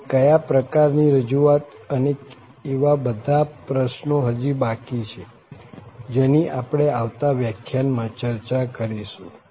અને ક્યાં પ્રકારની રજૂઆત અને એવા બધા પ્રશ્નો હજી બાકી છે જેની આપણે આવતા વ્યાખ્યાનમાં ચર્ચા કરીશું